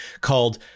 called